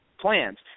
plans